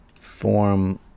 form